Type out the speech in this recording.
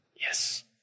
Yes